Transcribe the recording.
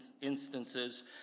instances